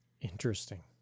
Interesting